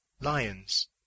lions